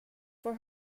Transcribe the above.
for